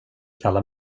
kalla